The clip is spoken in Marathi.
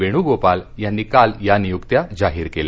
वेणूगोपाल यांनी काल या नियुक्त्या जाहीर केल्या